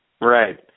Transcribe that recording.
Right